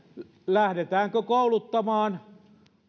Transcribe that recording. lähdetäänkö kouluttamaan